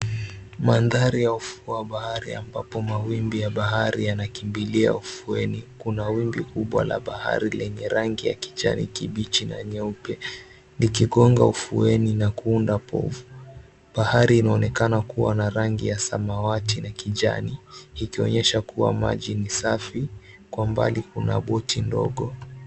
Maandhari ya ufuo ya bahari ambapo mawimbi yanakimbilia ufuoni, kuna wimbi kubwa la bahari lenye rangi ya kijani kibichi na nyeupe. Likigonga ufuoni na kuunda povu bahari inaonekana kuwa na rangi ya samawati na kijani ukionyesha kuwa maji ni safi, kwa mbali kuna boti ndogo.